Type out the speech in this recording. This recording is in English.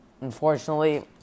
unfortunately